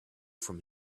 from